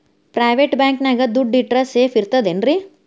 Private bank ನ್ಯಾಗ್ ದುಡ್ಡ ಇಟ್ರ ಸೇಫ್ ಇರ್ತದೇನ್ರಿ?